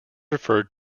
referred